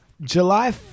July